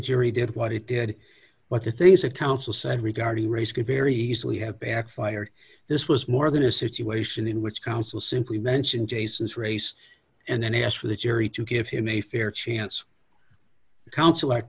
jury did what it did but the things the council said regarding race could very easily have backfired this was more than a situation in which council simply mention jason's race and then he asked for the jury to give him a fair chance the counselor